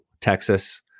Texas